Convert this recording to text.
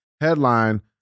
headline